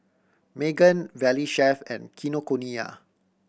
Megan Valley Chef and Kinokuniya